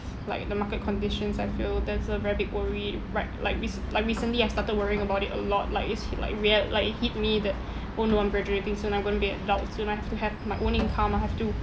like the market conditions I feel that's a very big worry right like rec~ like recently I started worrying about it a lot like is it like will it like it hit me that oh no I'm graduating soon I'm going to be adult soon I have to have my own income I have to